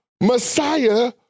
Messiah